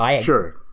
Sure